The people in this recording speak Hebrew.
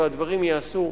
והדברים ייעשו,